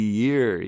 year